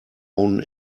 own